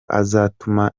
azatuma